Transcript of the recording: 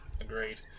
agreed